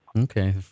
Okay